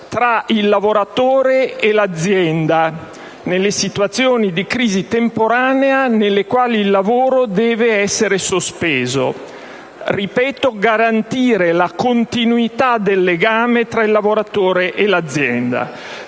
tra il lavoratore e l'azienda nelle situazioni di crisi temporanea nelle quali il lavoro deve essere sospeso; ripeto: garantire la continuità del legame tra il lavoratore e l'azienda.